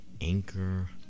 Anchor